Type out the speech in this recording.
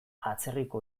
atzerriko